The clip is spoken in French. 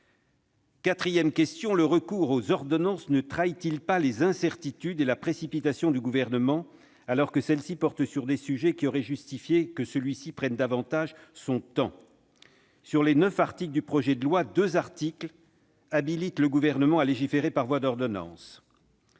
Quatrièmement, le recours aux ordonnances ne trahit-il pas les incertitudes et la précipitation du Gouvernement, alors que celles-ci portent sur des sujets qui auraient justifié que le Gouvernement prenne davantage son temps ? Sur les neuf articles du projet de loi, deux articles habilitent le Gouvernement à légiférer par voie d'ordonnances.